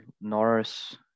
Norris